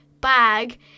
bag